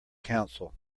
counsel